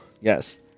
Yes